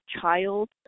child